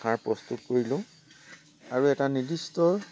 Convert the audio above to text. সাৰ প্ৰস্তুত কৰি লওঁ আৰু এটা নিৰ্দিষ্ট